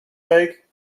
week